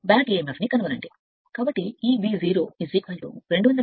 కాబట్టి Eb 0 230 ra 0